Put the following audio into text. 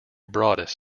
broadest